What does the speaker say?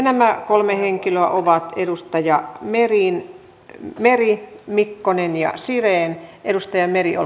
nämä kolme henkilöä ovat edustajat meri mikkonen ja siren